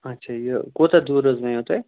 اچھا یہِ کوٗتاہ دوٗر حظ وَنیو تۄہہِ